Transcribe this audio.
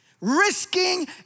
risking